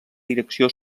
direcció